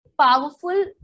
powerful